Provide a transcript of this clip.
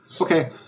Okay